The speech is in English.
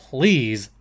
Please